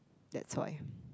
that's why